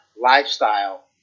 lifestyle